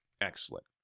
Excellent